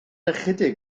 ychydig